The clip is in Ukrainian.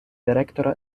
директора